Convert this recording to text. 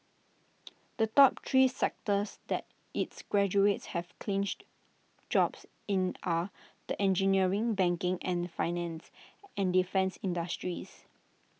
the top three sectors that its graduates have clinched jobs in are the engineering banking and finance and defence industries